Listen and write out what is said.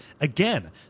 Again